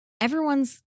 Everyone's